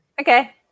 Okay